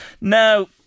Now